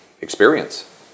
experience